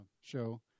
show